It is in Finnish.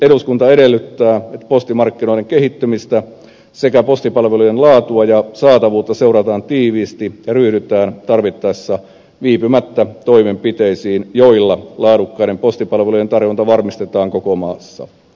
eduskunta edellyttää että postimarkkinoiden kehittymistä sekä postipalvelujen laatua ja saatavuutta seurataan tiiviisti ja ryhdytään tarvittaessa viipymättä toimenpiteisiin joilla laadukkaiden postipalvelujen tarjonta varmistetaan koko maassa